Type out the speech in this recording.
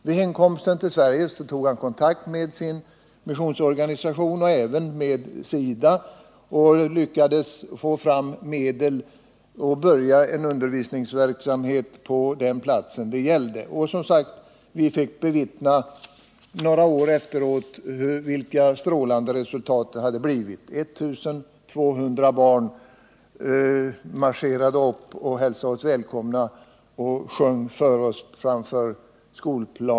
Vid hemkomsten till Sverige tog denne missionär kontakt med sin missionsorganisation och även med SIDA. Han lyckades få fram medel och började sedan en undervisningsverksamhet på den här platsen. Vi fick, som sagt, några år senare bevittna det strålande resultatet. I 200 barn marscherade upp, hälsade oss välkomna och sjöng för oss på planen framför sin skola.